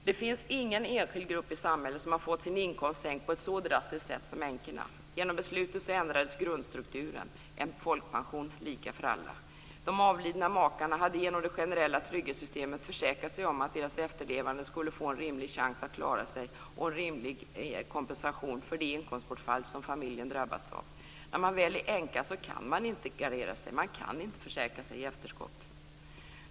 Det finns ingen enskild grupp i samhället som har fått sin inkomst sänkt på ett så drastiskt sätt som änkorna. Genom beslutet ändrades grundstrukturen med en folkpension lika för alla. Innan makarna avled hade de genom det generella trygghetssystemet försäkrat sig om att deras efterlevande skulle få en rimlig chans att klara sig och en rimlig kompensation för det inkomstbortfall som familjen skulle drabbas av. När man väl är änka kan man inte gardera sig; man kan inte försäkra sig i efterskott.